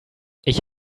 ich